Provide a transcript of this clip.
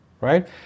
right